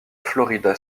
florida